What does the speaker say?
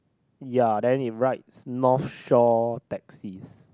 ya then it writes North-Shore taxis